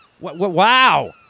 Wow